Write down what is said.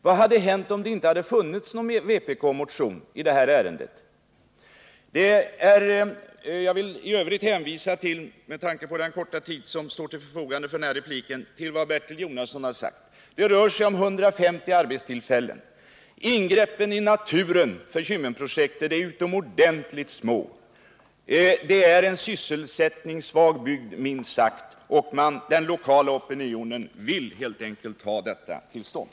Vad hade hänt om det inte hade funnits någon vpk-motion i detta ärende? Med tanke på den korta tid som står till förfogande för denna replik vill jag hänvisa till vad Bertil Jonasson har sagt. Det rör sig om 150 arbetstillfällen. och ingreppen i naturen för Kymmenprojektet blir utomordentligt små. Det gäller också en minst sagt sysselsättningssvag bygd, och den lokala opinionen vill helt enkelt ha detta projekt till stånd.